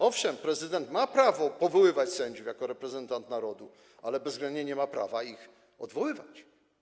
Owszem, prezydent ma prawo powoływać sędziów jako reprezentant narodu, ale bezwzględnie nie ma prawa ich odwoływać.